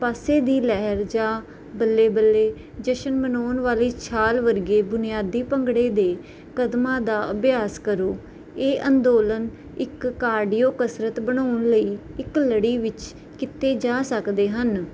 ਪਾਸੇ ਦੀ ਲਹਿਰ ਜਾਂ ਬੱਲੇ ਬੱਲੇ ਜਸ਼ਨ ਮਨਾਉਣ ਵਾਲੀ ਛਾਲ ਵਰਗੇ ਬੁਨਿਆਦੀ ਭੰਗੜੇ ਦੇ ਕਦਮਾਂ ਦਾ ਅਭਿਆਸ ਕਰੋ ਇਹ ਅੰਦੋਲਨ ਇੱਕ ਕਾਰਡੀਓ ਕਸਰਤ ਬਣਾਉਣ ਲਈ ਇੱਕ ਲੜੀ ਵਿੱਚ ਕੀਤੇ ਜਾ ਸਕਦੇ ਹਨ